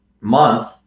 month